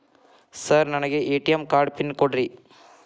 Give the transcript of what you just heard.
Sir ನನಗೆ ATM card pin ಕೊಡ್ರಿ?